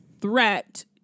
threat